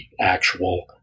actual